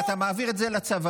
ואתה מעביר את זה לצבא,